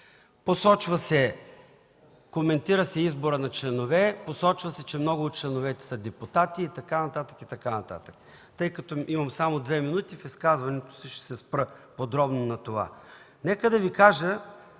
едноличния. Коментира се изборът на членове, посочва се, че много от членовете са депутати и така нататък, и така нататък. Тъй като имам само две минути, в изказването си ще се спра подробно на това. Нека да Ви кажа,